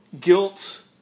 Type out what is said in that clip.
guilt